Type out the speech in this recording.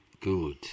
Good